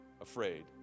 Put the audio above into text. afraid